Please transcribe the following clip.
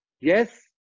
yes